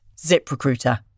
ZipRecruiter